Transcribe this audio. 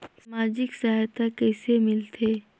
समाजिक सहायता कइसे मिलथे?